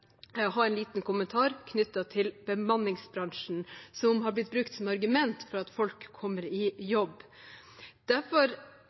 ha en liten kommentar knyttet til bemanningsbransjen. Det som har blitt brukt som argument for den, er at folk kommer i jobb. Derfor